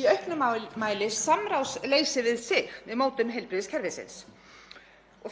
í auknum mæli samráðsleysi við sig við mótun heilbrigðiskerfisins.